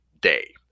day